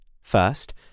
First